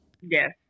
Yes